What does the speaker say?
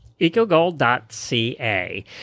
Ecogold.ca